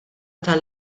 tal